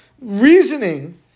reasoning